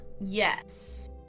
Yes